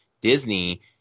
Disney